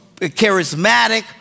charismatic